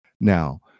Now